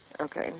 Okay